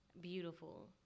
beautiful